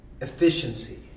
efficiency